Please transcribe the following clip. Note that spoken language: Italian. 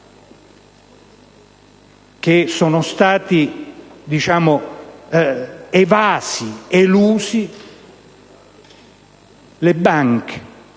che sono stati evasi ed elusi, le banche